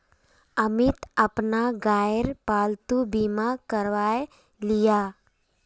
अमित अपना गायेर पालतू बीमा करवाएं लियाः